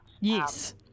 yes